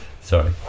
Sorry